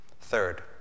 Third